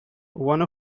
one